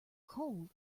cold